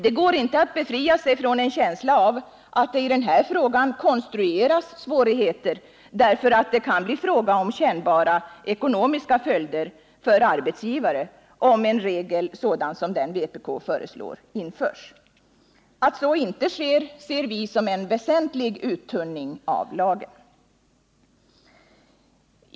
Det går inte att befria sig från känslan av att det i den här frågan konstrueras svårigheter därför att det kan bli fråga om kännbara ekonomiska följder för arbetsgivare, om en regel sådan som den vpk föreslår införs. Att så inte sker ser vi som en väsentlig uttunning av lagen.